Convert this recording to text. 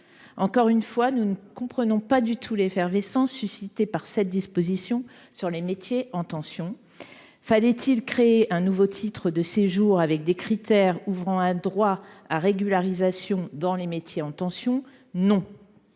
Encore une fois, nous ne comprenons pas du tout l’effervescence suscitée par cette disposition sur les métiers en tension. Fallait il créer un nouveau titre de séjour avec des critères ouvrant un droit à régularisation dans les métiers en tension ? Non.